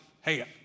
hey